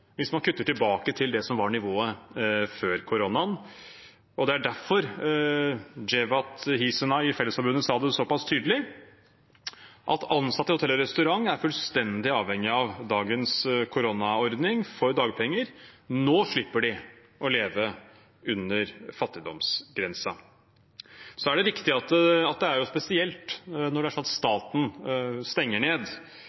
hvis man kutter tilbake til det som var nivået før koronaen. Det er derfor Djevat Hisenaj i Fellesforbundet sa det så pass tydelig, at ansatte i hotell- og restaurantnæringen er fullstendig avhengig av dagens koronaordning for dagpenger. Nå slipper de å leve under fattigdomsgrensen. Så er det riktig at det er spesielt når det er